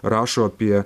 rašo apie